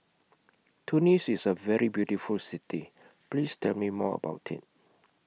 Tunis IS A very beautiful City Please Tell Me More about IT